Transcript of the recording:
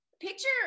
Picture